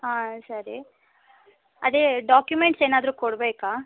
ಹಾಂ ಸರಿ ಅದೇ ಡಾಕ್ಯುಮೆಂಟ್ಸ್ ಏನಾದರೂ ಕೊಡಬೇಕಾ